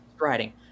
writing